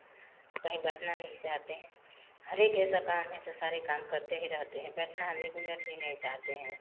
कहीं बैठना नहीं चाहते हैं हर एक ऐसा काम है स सारे काम करते ही रहते हैं बैठना हमें एक मिनट भी नहीं चाहते हैं